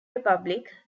republic